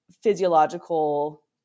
physiological